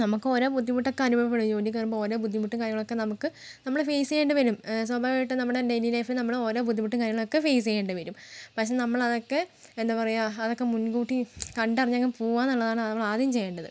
നമുക്ക് ഓരോ ബുദ്ധിമുട്ടൊക്കെ അനുഭവപ്പെടും ജോലിയിൽ കയറുമ്പോൾ ഓരോ ബുദ്ധിമുട്ട് കാര്യങ്ങളൊക്കെ നമുക്ക് നമ്മൾ ഫെയ്സ് ചെയ്യേണ്ടിവരും സ്വാഭാവികം ആയിട്ടും നമ്മുടെ ഡെയിലി ലൈഫിൽ നമ്മുടെ ഓരോ ബുദ്ധിമുട്ടും കാര്യങ്ങളും ഒക്കെ ഫെയ്സ് ചെയ്യേണ്ടിവരും പക്ഷേ നമ്മൾ അതൊക്കെ എന്താ പറയാ അതൊക്കെ മുൻകൂട്ടി കണ്ടറിഞ്ഞ് അങ്ങ് പോവാന്നുള്ളതാണ് നമ്മൾ ആദ്യം ചെയ്യേണ്ടത്